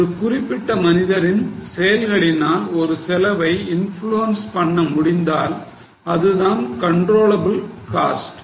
ஒரு குறிப்பிட்ட மனிதரின் செயல்களினால் ஒரு செலவை இன்ஃப்ளுவன்ஸ் பண்ண முடிந்தால் அதுதான் controllable cost